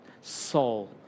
soul